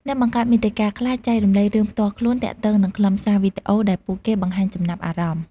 អ្នកបង្កើតមាតិកាខ្លះចែករំលែករឿងផ្ទាល់ខ្លួនទាក់ទងនឹងខ្លឹមសារវីដេអូដែលពួកគេបង្ហាញចំណាប់អារម្មណ៍។